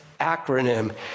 acronym